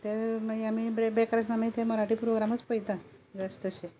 ते मागीर आमी बेकार आसता आमी ते मराठी प्रोग्रामूच पळयता जास्तशे